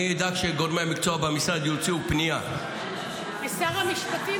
אני אדאג שגורמי המקצוע במשרד יוציאו פנייה -- אולי לשר המשפטים?